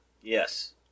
Yes